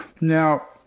now